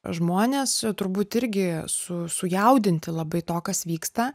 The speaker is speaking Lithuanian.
žmonės turbūt irgi su sujaudinti labai to kas vyksta